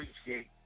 appreciate